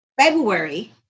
February